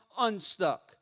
unstuck